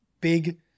big